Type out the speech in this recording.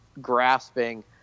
grasping